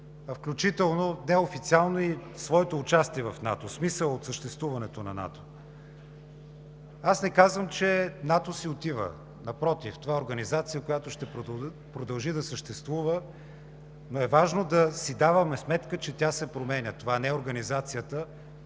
а включително, неофициално и своето участие в НАТО, в смисъл от съществуването на НАТО. Не казвам, че НАТО си отива. Напротив, това е организация, която ще продължи да съществува, но е важно да си даваме сметка, че тя се променя. Това не е организацията